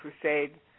Crusade